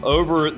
over